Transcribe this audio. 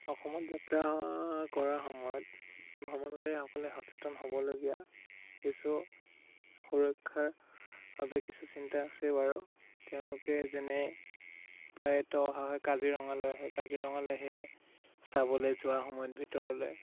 অসমত যাত্ৰা কৰা সময়ত ভ্ৰমণকাৰীসকলে সচেতন হ'বলগীয়া কিছু সুৰক্ষাৰ বাবে কিছু চিন্তা আছে বাৰু তেওঁলোকে যেনে প্ৰায়েতো অহা হয় কাজিৰঙালৈ কাজিৰঙালৈ সেয়া চাবলৈ যোৱা সময়ত ভিতৰলৈ